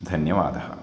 धन्यवादः